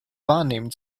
wahrnehmen